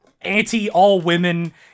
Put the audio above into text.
anti-all-women